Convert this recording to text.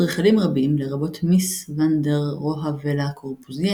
אדריכלים רבים לרבות מיס ואן דר רוהה ולה קורבוזיה